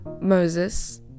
Moses